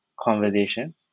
conversation